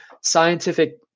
scientific